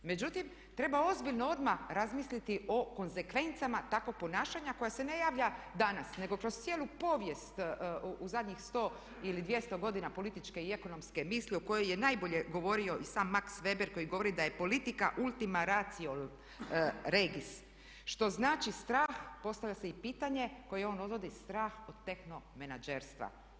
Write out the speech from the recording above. Međutim, treba ozbiljno odmah razmisliti o konzekvencama takvog ponašanja koje se ne javlja danas nego kroz cijelu povijest u zadnjih 100 ili 200 godina političke i ekonomske misli o kojoj je najbolje govorio i sam Max Weber koji govori da je politika ultima ratio regis, što znači strah postavlja se i pitanje koje on dovodi, strah od tehnomenadžerstva.